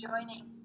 joining